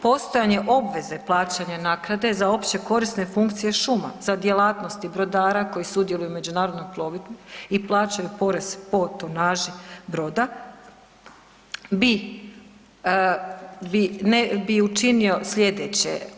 Postojanje obveze plaćanja naknade za općekorisne funkcije šuma, za djelatnosti brodara koji sudjeluju u međunarodnoj plovidbi i plaćaju porez po tonaži broda bi učinio slijedeće.